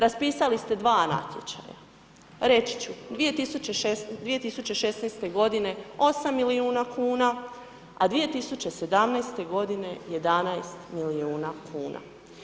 Raspisali ste 2 natječaja, reći ću 2016. godine 8 milijuna kuna, a 2017. godine 11 milijuna kuna.